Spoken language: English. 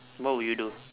what would you do